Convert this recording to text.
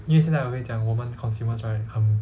因为现在我跟你讲我们 consumers right 很